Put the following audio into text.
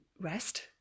rest